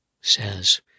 says